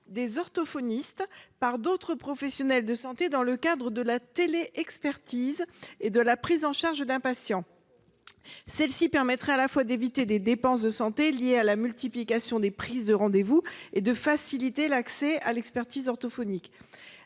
des orthophonistes par d’autres professionnels de santé, dans le cadre de la prise en charge d’un patient en téléexpertise. Celle ci permettrait à la fois d’éviter des dépenses de santé liées à la multiplication des prises de rendez vous et de faciliter l’accès à l’expertise orthophonique.